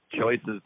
choices